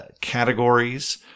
categories